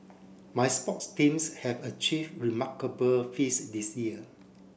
my sports teams have achieved remarkable feats this year